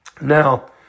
Now